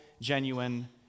genuine